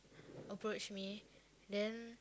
approach me then